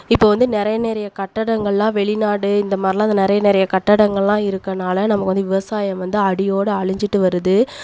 இப்போ வந்து நிறைய நிறைய கட்டிடங்களாம் வெளி நாடு இந்தமாதிரிலாம் வந்து நிறைய நிறைய கட்டிடங்களாம் இருக்கனால் நம்ம வந்து விவசாயம் வந்து அடியோடு அழிஞ்சிட்டு வருது